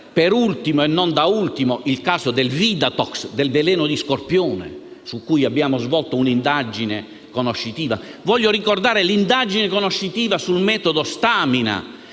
per ultimo e non da ultimo, il caso del "Vidatox", il veleno di scorpione, su cui abbiamo svolto un'indagine conoscitiva. Voglio ricordare l'indagine conoscitiva sul metodo Stamina,